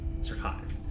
survive